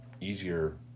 easier